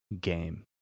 game